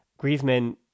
Griezmann